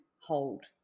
hold